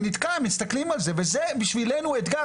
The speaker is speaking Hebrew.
אני נתקע, מסתכלים על זה, וזה בשבילנו אתגר.